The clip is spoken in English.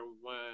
one